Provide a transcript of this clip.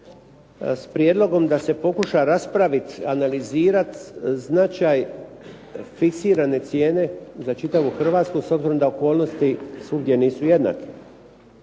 s prijedlogom da se pokuša raspraviti, analizirati značaj fiksirane cijene za čitavu Hrvatsku s obzirom da okolnosti svugdje nisu jednake.